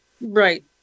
Right